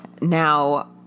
Now